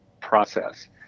process